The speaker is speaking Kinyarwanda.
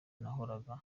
nahoraga